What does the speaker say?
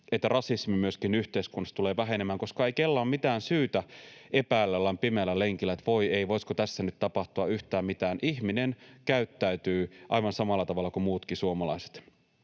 että rasismi myöskin yhteiskunnassa tulee vähenemään, koska ei kellään ole mitään syytä epäillä jollain pimeällä lenkillä, että voi ei, voisiko tässä nyt tapahtua yhtään mitään. Ihminen käyttäytyy aivan samalla tavalla kuin muutkin suomalaiset.